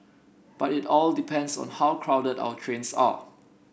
but it all depends on how crowded our trains are